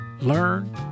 learn